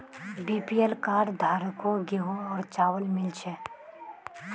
BPL card धारकों गेहूं और चावल मिल छे